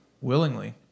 willingly